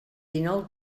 dinou